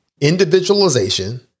individualization